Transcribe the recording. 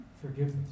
forgiveness